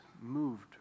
moved